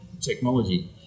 technology